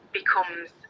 becomes